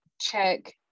check